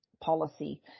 policy